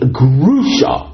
grusha